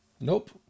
Nope